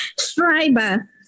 Schreiber